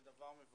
זה דבר מבורך